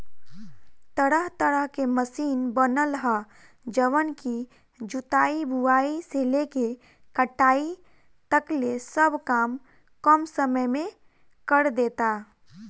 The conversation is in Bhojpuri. तरह तरह के मशीन बनल ह जवन की जुताई, बुआई से लेके कटाई तकले सब काम कम समय में करदेता